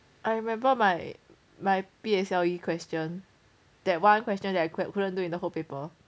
I remember my my P_S_L_E question that one question that I couldn't do it the whole paper